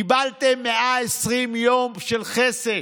קיבלתם 120 יום של חסד.